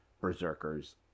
berserkers